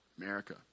America